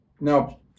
Now